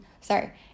Sorry